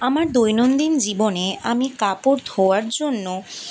আমার দৈনন্দিন জীবনে আমি কাপড় ধোয়ার জন্য